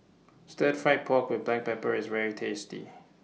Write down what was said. Stir Fried Pork with Black Pepper IS very tasty